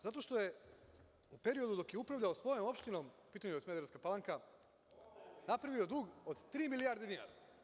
Zato što je u periodu dok je upravljao svojom opštinom, a u pitanju je Smederevska Palanka, napravio dug od tri milijarde dinara.